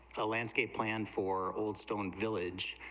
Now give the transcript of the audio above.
ah landscape plan four goldstone village,